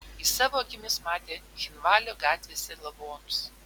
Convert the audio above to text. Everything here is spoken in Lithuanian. jis savo akimis matė cchinvalio gatvėse lavonus